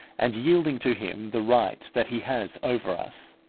and yielding to him the right that he has over us.